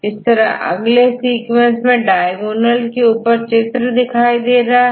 इसी तरह अगले सीक्वेंस में डायगोनल के ऊपर चित्र दिखाई दे रहा है